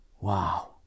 Wow